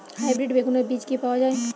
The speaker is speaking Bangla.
হাইব্রিড বেগুনের বীজ কি পাওয়া য়ায়?